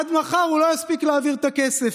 עד מחר הוא לא יספיק להעביר את הכסף,